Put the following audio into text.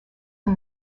him